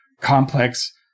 complex